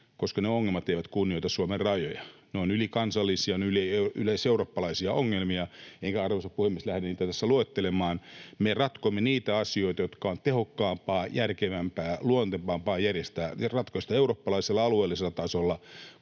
Koska ne ongelmat eivät kunnioita Suomen rajoja, ne ovat ylikansallisia, ne ovat yleiseurooppalaisia ongelmia, enkä, arvoisa puhemies, lähde niitä tässä luettelemaan. Me ratkomme niitä asioita, jotka on tehokkaampaa, järkevämpää, luontevampaa järjestää ja ratkaista eurooppalaisella, alueellisella tasolla